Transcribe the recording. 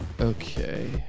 Okay